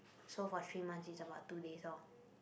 so for three months is about two days off